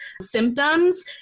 symptoms